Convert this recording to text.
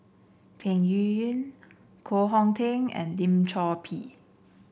Peng Yuyun Koh Hong Teng and Lim Chor Pee